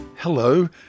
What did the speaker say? Hello